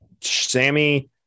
Sammy